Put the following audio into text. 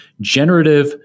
Generative